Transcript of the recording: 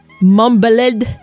mumbled